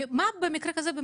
מה צריך לעשות במקרה כזה?